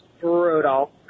brutal